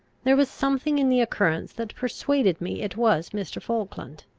there was something in the occurrence that persuaded me it was mr. falkland.